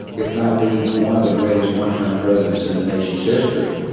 if not the one of the greatest one-term presidents in the nation's history.